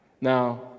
Now